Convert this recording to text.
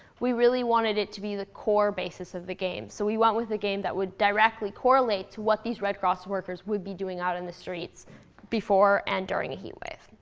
we really wanted it to be the core basis of the game. so we went with the game that would directly correlate to what these red cross workers would be doing out in the streets before and during a heat wave.